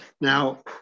Now